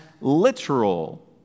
literal